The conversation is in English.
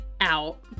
out